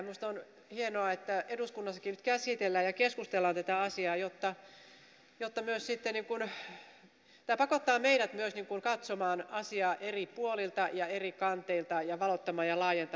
minusta on hienoa että eduskunnassakin käsitellään tätä asiaa ja keskustellaan siitä koska tämä pakottaa meidät myös katsomaan asiaa eri puolilta ja eri kanteilta ja valottamaan ja laajentamaan sitten ymmärrystä tähän asiaan